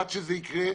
עד שזה יקרה,